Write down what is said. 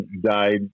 died